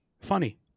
Funny